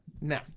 No